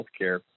healthcare